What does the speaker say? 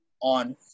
on